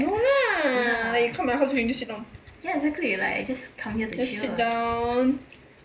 no lah like you come my house you can just sit down just sit down